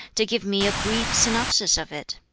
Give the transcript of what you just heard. to give me a brief synopsis of it.